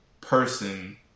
person